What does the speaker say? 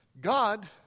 God